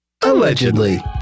Allegedly